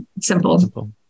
simple